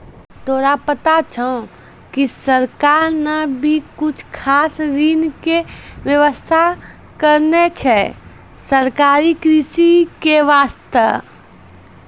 तोरा पता छौं कि सरकार नॅ भी कुछ खास ऋण के व्यवस्था करनॅ छै सहकारी कृषि के वास्तॅ